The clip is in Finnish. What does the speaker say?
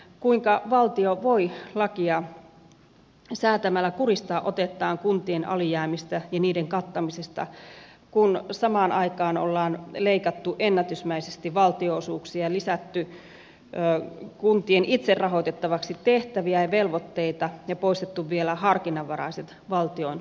kuinka valtio voi lakia säätämällä kuristaa otettaan kuntien alijäämistä ja niiden kattamisesta kun samaan aikaan ollaan leikattu ennätysmäisesti valtionosuuksia ja lisätty kuntien itse rahoitettavaksi tehtäviä ja velvoitteita ja poistettu vielä harkinnanvaraiset valtionosuudet